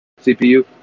CPU